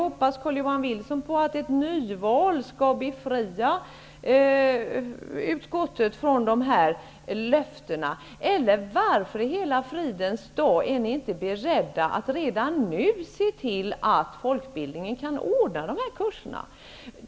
Hoppas Carl-Johan Wilson att ett nyval skall befria utskottet från de här löftena? Varför i hela fridens namn är ni inte beredda att redan nu se till att folkbildningen kan ordna de här kurserna?